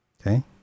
Okay